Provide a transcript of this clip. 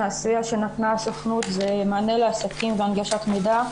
הסיוע שנתנה הסוכנות זה מענה לעסקים והנגשת מידע,